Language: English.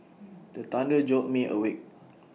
the thunder jolt me awake